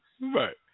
Right